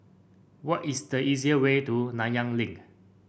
what is the easiest way to Nanyang Link